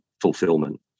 fulfillment